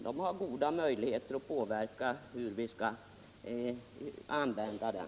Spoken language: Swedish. De har goda möjligheter att påverka användningen av den.